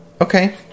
okay